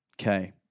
Okay